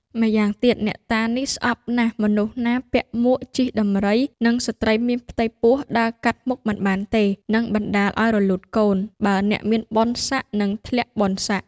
ម៉្យាងទៀត អ្នកតានេះស្អប់ណាស់ មនុស្សណាពាក់មួក ជិះដំរី និងស្ត្រីមានផ្ទៃពោះ ដើរកាត់មុខមិនបានទេ នឹងបណ្តាលឲ្យរលូតកូន បើអ្នកមានបុណ្យស័ក្តិនឹងធ្លាក់បុណ្យស័ក្តិ ។